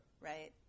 Right